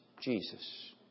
Jesus